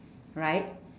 right